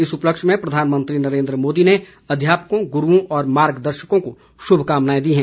इस उपलक्ष्य में प्रधानमंत्री नरेन्द्र मोदी ने अध्यापकों गुरूओं और मार्गदर्शकों को शुभकामनाए दी हैं